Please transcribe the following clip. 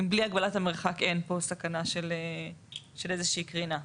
אם בלי הגבלת המרחק אין פה סכנה של איזו שהיא קרינה.